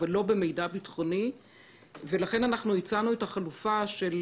אבל לא מידע ביטחוני ולכן הצענו את החלופה של